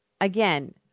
Again